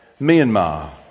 Myanmar